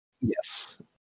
yes